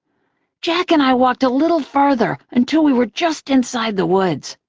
jack and i walked a little farther until we were just inside the woods.